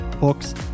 books